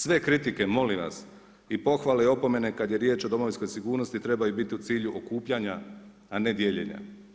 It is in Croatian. Sve kritike, molim vas i pohvale i opomene, kada je riječ o domovinske sigurnosti, trebaju biti u cilju okupljanja a ne dijeljenja.